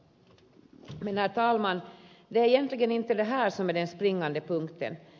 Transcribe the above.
det är egentligen inte det här som är den springande punkten